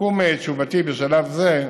לסיכום תשובתי בשלב זה,